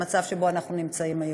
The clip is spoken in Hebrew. למצב שבו אנחנו נמצאים היום.